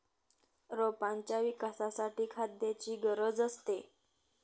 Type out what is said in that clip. रोपांच्या विकासासाठी खाद्याची गरज असते